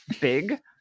big